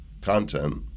content